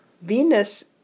Venus